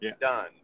done